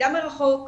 למידה מרחוק,